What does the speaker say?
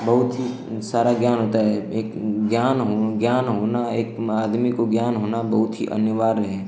बहुत ही सारा ज्ञान होता है एक ज्ञान हो ज्ञान होना एक आदमी को ज्ञान होना बहुत ही अनिवार्य है